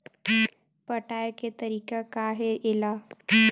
पटाय के तरीका का हे एला?